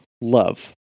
love